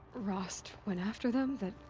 rost. went after them, that.